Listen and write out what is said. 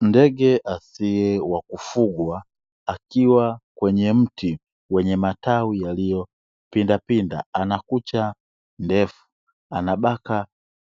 Ndege asie wa kufugwa, akiwa kwenye mti wenye matawi yaliyopindapinda anakucha ndefu, anabaka